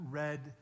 read